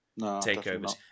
takeovers